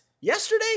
yesterday